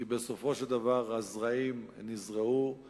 כי בסופו של דבר הזרעים נזרעו,